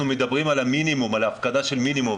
אנחנו מדברים על ההפקדה של מינימום,